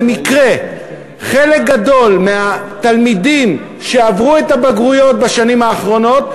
במקרה חלק גדול מהתלמידים שעברו את הבגרויות בשנים האחרונות,